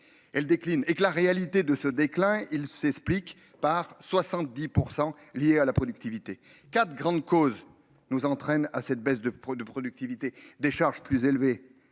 Elle décline et que la réalité de ce déclin, il s'explique par 70% liées à la productivité. Quatre grandes causes nous entraîne à cette baisse de près de productivité des charges plus élevées.